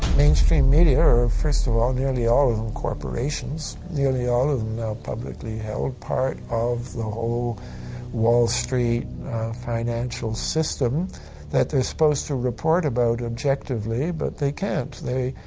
mainstream media are first of all, nearly all of them, corporations, nearly all of them now, publicly held, part of the whole wall street financial system that they're supposed to report about objectively, but they can't. they.